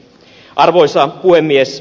arvoisa puhemies